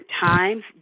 times